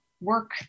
work